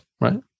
Right